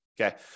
okay